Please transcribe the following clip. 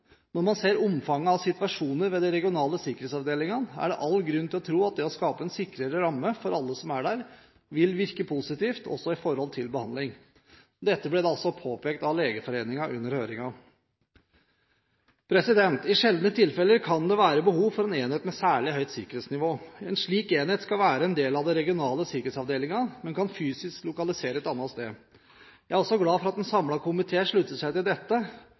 Når man ser omfanget av situasjoner ved de regionale sikkerhetsavdelingene, er det all grunn til å tro at det å skape en sikrere ramme for alle som er der, vil virke positivt, også i forhold til behandling. Dette ble da også påpekt av Legeforeningen under høringen. I sjeldne tilfeller kan det være behov for en enhet med særlig høyt sikkerhetsnivå. En slik enhet skal være en del av en regional sikkerhetsavdeling, men kan fysisk lokaliseres et annet sted. Jeg er også glad for at en samlet komité slutter seg til dette,